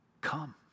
Come